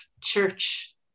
church